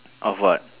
of what